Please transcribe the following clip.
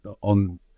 on